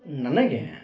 ನನಗೆ